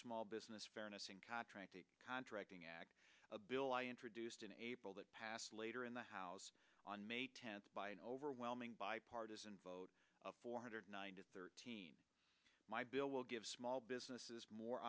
small business fairness and contracting contracting act a bill i introduced in april that passed later in the house on may tenth by an overwhelming bipartisan vote of four hundred nine to thirteen my bill will give small businesses more